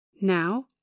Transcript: Now